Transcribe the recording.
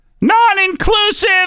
Non-inclusive